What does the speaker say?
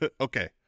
Okay